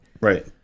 right